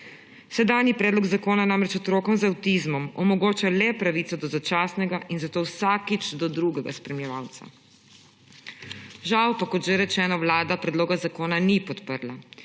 Sedanji predlog zakona namreč otrokom z avtizmom omogočajo le pravico do začasnega in zato vsakič do drugega spremljevalca. Žal pa, kot že rečeno, Vlada predloga zakona ni podprla